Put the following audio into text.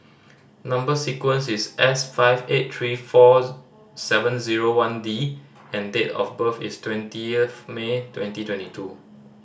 number sequence is S five eight three four seven zero one D and date of birth is twenty of May twenty twenty two